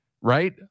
Right